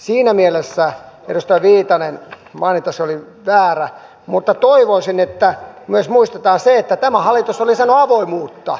siinä mielessä edustaja viitanen mainintasi oli väärä mutta toivoisin että myös muistetaan se että tämä hallitus on lisännyt avoimuutta